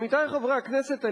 עמיתי חברי הכנסת,